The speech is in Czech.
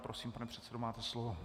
Prosím, pane předsedo, máte slovo.